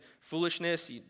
foolishness